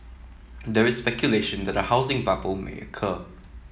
there is speculation that a housing bubble may occur